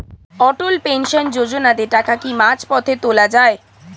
অটল pension যোজনাতে টাকা কি মাঝপথে তোলা যায়?